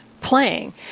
playing